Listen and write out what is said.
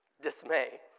Dismay